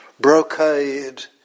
brocade